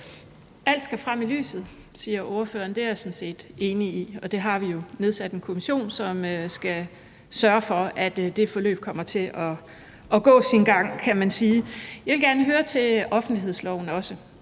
Alt skal frem i lyset, siger ordføreren, og det er jeg sådan set enig i, og vi har jo nedsat en kommission, som skal sørge for, at det forløb kommer til at gå sin gang, kan man sige. Jeg vil også gerne spørge om offentlighedsloven.